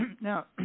Now